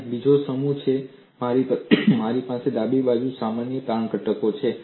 અને બીજો સમૂહ છે મારી પાસે ડાબી બાજુ સામાન્ય તાણ ઘટક છે